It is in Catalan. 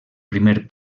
primer